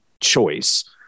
choice